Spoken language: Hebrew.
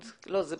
בבקשה.